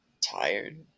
tired